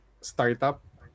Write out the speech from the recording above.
startup